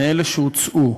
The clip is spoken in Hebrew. מאלה שהוצעו.